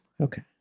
Okay